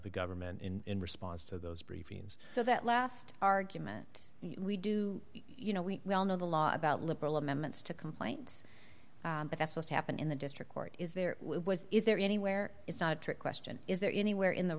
the government in response to those briefings so that last argument we do you know we all know the law about liberal amendments to complaints but that's what happened in the district court is there was is there any where it's not a trick question is there anywhere in the